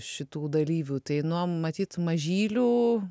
šitų dalyvių tai nuo matyt mažylių